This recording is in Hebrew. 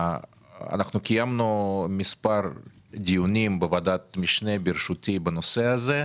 קיימנו מספר דיונים בוועדת המשנה בראשותי בנושא הזה,